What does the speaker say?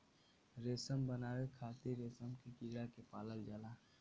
रेशम बनावे खातिर रेशम के कीड़ा के पालल जाला